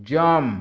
ଜମ୍